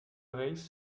reiss